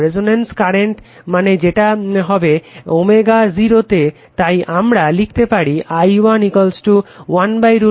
রেজনেন্সে current মানে সেটা হবে ω0 তে তাই আমরা লিখতে পারি I 1 1√ 2